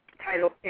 title